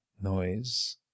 noise